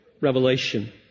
revelation